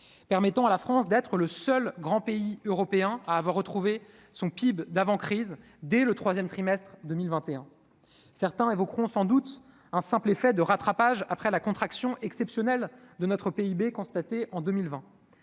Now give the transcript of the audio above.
permettant à la France d'être le seul grand pays européen à avoir retrouvé son PIB d'avant crise dès le 3ème trimestre 2021 certains évoqueront sans doute un simple effet de rattrapage après la contraction exceptionnel de notre PIB constatée en 2020,